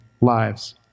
lives